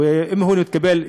ואם הוא לא יתקבל,